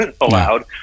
allowed